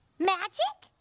magic?